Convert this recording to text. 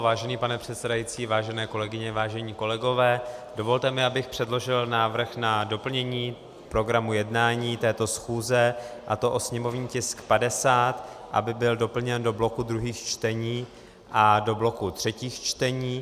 Vážený pane předsedající, vážené kolegyně, vážení kolegové, dovolte mi, abych předložil návrh na doplnění programu jednání této schůze, a to o sněmovní tisk 50, aby byl doplněn do bloku druhých čtení a do bloku třetích čtení.